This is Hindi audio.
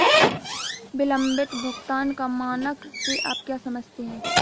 विलंबित भुगतान का मानक से आप क्या समझते हैं?